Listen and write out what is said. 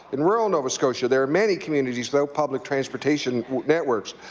in rural nova scotia, there are many communities without public transportation networks.